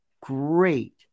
great